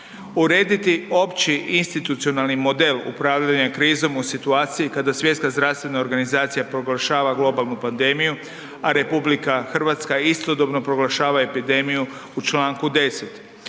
urediti opći institucionalni model upravljanja krizom u situaciji kada Svjetska zdravstvena organizacija proglašava globalnu pandemiju, a RH istodobno proglašava epidemiju u čl. 10.;